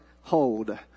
hold